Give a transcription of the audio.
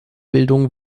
bildung